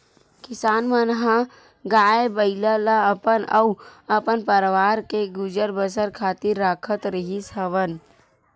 किसान मन ह गाय, बइला ल अपन अउ अपन परवार के गुजर बसर खातिर राखत रिहिस हवन